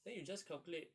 then you just calculate